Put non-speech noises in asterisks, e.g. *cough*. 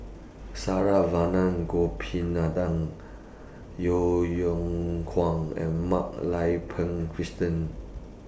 Saravanan Gopinathan Yeo *unintelligible* Kwang and Mak Lai Peng Christine